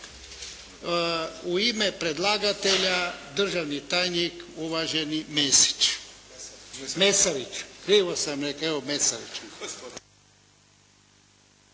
U ime predlagatelja državni tajnik uvaženi Mesarić. **Mesarić, Krunoslav** Gospodine